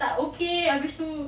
tak okay habis tu